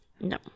No